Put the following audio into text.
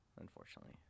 Unfortunately